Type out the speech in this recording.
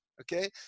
Okay